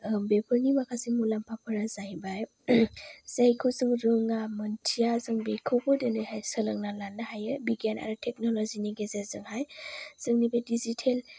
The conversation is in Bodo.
बेफोरनि माखासे मुलाम्फाफोरा जाहैबाय जायखौ जों रोङा मोन्थिया जों बेखौबो दोनैहाय सोलोंना लानो हायो बिगियान आरो टेकनलजि नि गेजेरजोंहाय जोंनि बे डिजिटेल